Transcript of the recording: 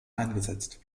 eingesetzt